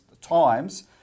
times